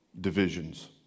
divisions